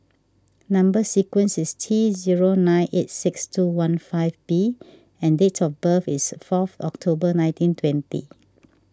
Number Sequence is T zero nine eight six two one five B and date of birth is fourth October nineteen twenty